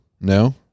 No